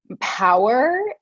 power